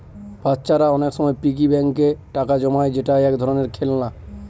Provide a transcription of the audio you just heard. বাচ্চারা অনেক সময় পিগি ব্যাঙ্কে টাকা জমায় যেটা এক ধরনের খেলনা